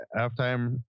halftime